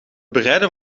bereiden